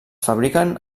fabriquen